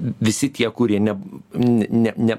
visi tie kurie ne ne ne